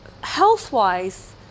health-wise